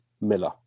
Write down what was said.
Miller